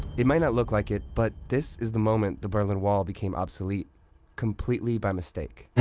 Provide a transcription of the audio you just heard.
it might not look like it, but this is the moment the berlin wall became obsolete completely by mistake.